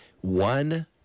one